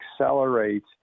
accelerate